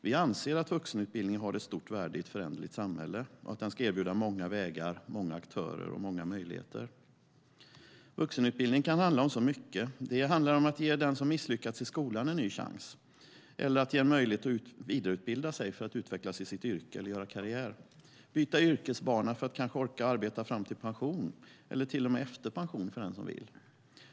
Vi anser att vuxenutbildningen har ett stort värde i ett föränderligt samhälle och att den ska erbjuda många vägar, många aktörer och många möjligheter. Vuxenutbildning kan handla om så mycket. Det handlar om att ge den som misslyckats i skolan en ny chans och en möjlighet att vidareutbilda sig för att utvecklas i sitt yrke, göra karriär, byta yrkesbana för att orka arbeta fram till pension eller till och med efter pension för den som vill.